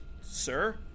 Sir